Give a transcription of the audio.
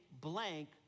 blank